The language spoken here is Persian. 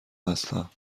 هستم